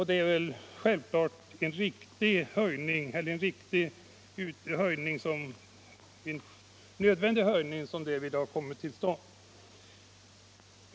Det är naturligtvis riktigt att en sådan nödvändig höjning därvidlag har kommit till stånd.